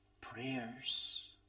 prayers